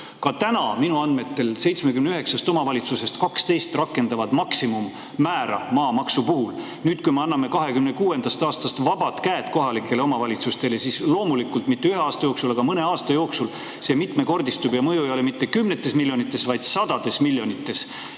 rakendab minu andmetel 79 omavalitsusest 12 maksimummäära maamaksu puhul. Nüüd, kui me anname 2026. aastast vabad käed kohalikele omavalitsustele, siis loomulikult mitte ühe aasta jooksul, aga mõne aasta jooksul see määr mitmekordistub ja mõju ei ole mitte kümnetes miljonites, vaid sadades miljonites